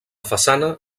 façana